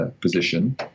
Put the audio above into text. position